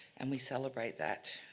and we celebrate that.